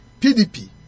PDP